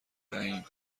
دهیم